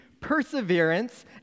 perseverance